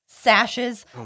Sashes